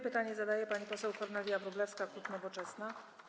Pytanie zadaje pani poseł Kornelia Wróblewska, klub Nowoczesna.